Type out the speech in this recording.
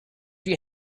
you